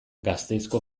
gasteizko